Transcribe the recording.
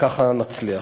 וככה נצליח.